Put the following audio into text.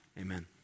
Amen